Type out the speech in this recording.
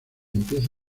empieza